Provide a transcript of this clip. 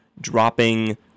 dropping